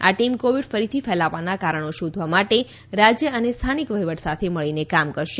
આ team Covid ફરીથી ફેલાવાનાં કારણો શોધવા માટે રાજ્ય અને સ્થાનિક વહીવટ સાથે મળીને કામ કરશે